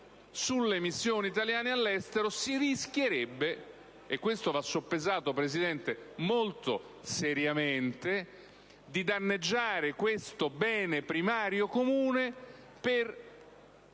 sulle missioni italiane all'estero, ma si rischierebbe - e ciò va soppesato, signor Presidente, molto seriamente - di danneggiare un bene primario comune per